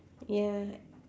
ya